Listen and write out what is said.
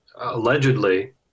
Allegedly